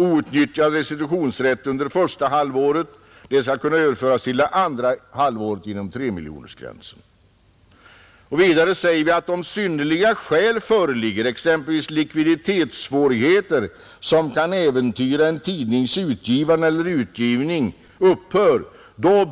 Outnyttjad restitution under första halvåret skall kunna överföras till andra halvåret inom 3-miljonersgränsen, Vidare säger vi att om synnerliga skäl föreligger, exempelvis likviditetssvårigheter som kan äventyra en tidnings utgivande,